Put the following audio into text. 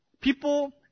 people